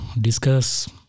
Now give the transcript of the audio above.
discuss